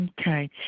okay